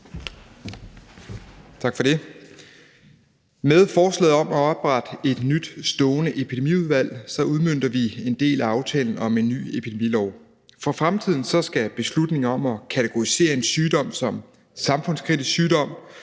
Tak for det. Med forslaget om at oprette et nyt stående epidemiudvalg udmønter vi en del af aftalen om en ny epidemilov. For fremtiden skal beslutninger om at kategorisere en sygdom som en samfundskritisk sygdom